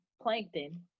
plankton